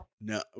No